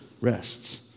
rests